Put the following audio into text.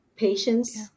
Patience